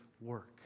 work